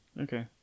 okay